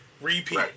Repeat